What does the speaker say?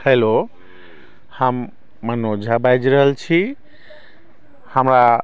hello हम मनोज झा बाजि रहल छी हमरा